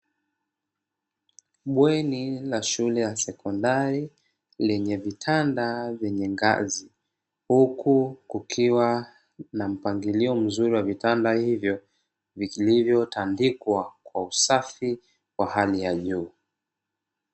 Bweni la shule ya sekondari lenye vitanda vyenye ngazi, huku kukiwa na mpangilio mzuri wa vitanda hivyo vilivyotandikwa kwa usafi wa hali ya juu.